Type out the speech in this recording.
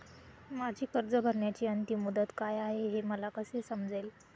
माझी कर्ज भरण्याची अंतिम मुदत काय, हे मला कसे समजेल?